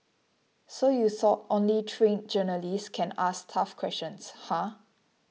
so you thought only trained journalists can ask tough questions huh